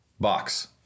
box